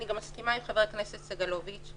שאני מסכימה עם חבר הכנסת סגלוביץ',